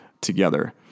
together